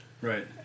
right